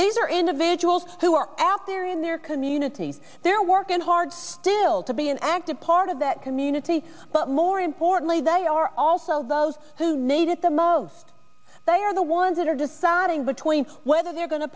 these are individuals who are out there in their communities they're working hard still to be an active part of that community but more importantly they are also those who need it the most they are the ones that are deciding between whether they're going to